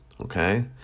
okay